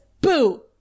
boo